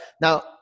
Now